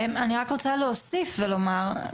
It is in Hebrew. אני רק רוצה להוסיף ולומר,